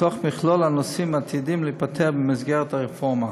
מתוך מכלול הנושאים העתידים להיפתר במסגרת הרפורמה.